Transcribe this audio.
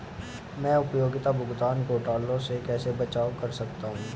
मैं उपयोगिता भुगतान घोटालों से कैसे बचाव कर सकता हूँ?